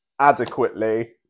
adequately